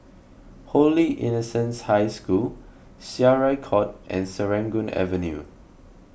Holy Innocents' High School Syariah Court and Serangoon Avenue